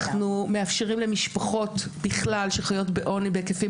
אנחנו מאפשרים למשפחות בכלל שחיות בעוני בהיקפים